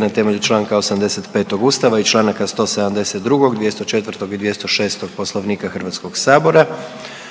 na temelju čl. 85. Ustava i čl. 172., 204. i 206. Poslovnika HS. Sukladno